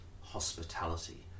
hospitality